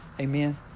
Amen